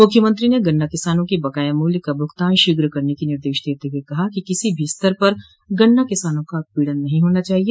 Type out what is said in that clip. मुख्यमंत्री ने गन्ना किसानों के बकाया मुल्य का भुगतान शीघ्र करने के निर्देश देते हुए कहा कि किसी भी स्तर पर गन्ना किसानों का उत्पीड़न नहीं होना चाहिए